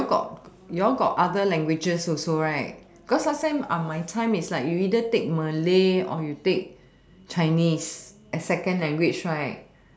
you all got you all got other languages also right cause last time are my time is like you either take malay or you take chinese as second language right